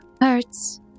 hurts